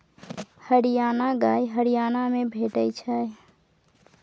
हरियाणा गाय हरियाणा मे भेटै छै